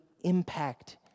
impact